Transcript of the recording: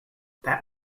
that